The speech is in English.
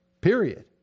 period